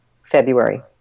February